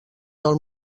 del